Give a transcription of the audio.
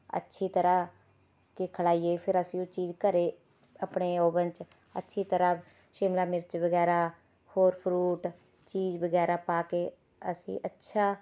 ਅੱਛੀ ਤਰ੍ਹਾਂ ਕਿ ਖੁਆਈਏ ਫਿਰ ਅਸੀਂ ਉਹ ਚੀਜ਼ ਘਰ ਆਪਣੇ ਓਵਨ 'ਚ ਅੱਛੀ ਤਰ੍ਹਾਂ ਸ਼ਿਮਲਾ ਮਿਰਚ ਵਗੈਰਾ ਹੋਰ ਫਰੂਟ ਚੀਜ਼ ਵਗੈਰਾ ਪਾ ਕੇ ਅਸੀਂ ਅੱਛਾ